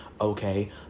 okay